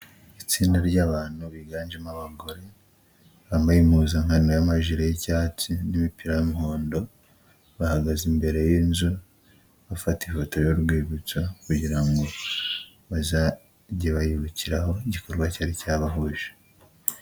Itsinda ry'abantu biganjemo abagore, bambaye impuzankano y'amajire y'cyatsi n'imipira y'umuhondo, bahagaze imbere y'inzu, bafata ifoto y'urwibutso kugira ngo bazajye bayibukiraho igikorwa cyari cyabahuje.